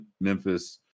Memphis